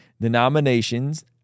denominations